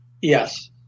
Yes